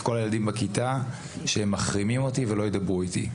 כל הילדים בכיתה שהם מחרימים אותי ולא ידברו איתי.